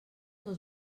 dos